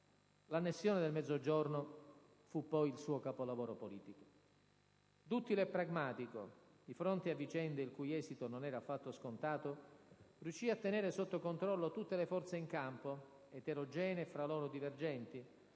L'annessione del Mezzogiorno fu poi il suo capolavoro politico. Duttile e pragmatico, di fronte a vicende il cui esito non era affatto scontato, riuscì a tenere sotto controllo tutte le forze in campo, eterogenee e fra loro divergenti,